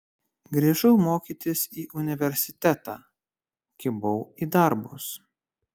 grįžau mokytis į universitetą kibau į darbus